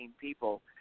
people